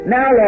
Now